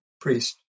priest